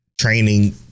training